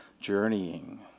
journeying